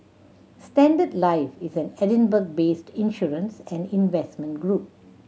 Standard Life is an Edinburgh based insurance and investment group